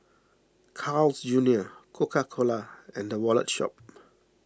Carl's Junior Coca Cola and the Wallet Shop